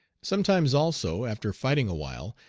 sometimes, also, after fighting awhile,